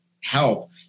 help